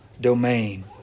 domain